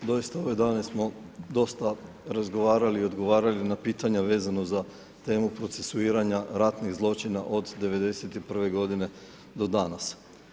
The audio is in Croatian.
Doista, ove dane smo dosta razgovarali i odgovarali na pitanja vezano za temu procesuiranja ratnih zločina od '91. godine do danas.